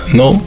no